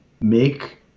make